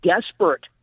desperate